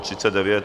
39.